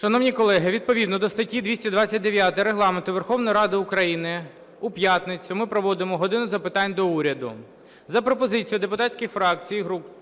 Шановні колеги, відповідно до статті 229 Регламенту Верховної Ради України у п'ятницю ми проводимо "годину запитань до Уряду".